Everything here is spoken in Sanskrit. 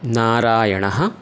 नारायणः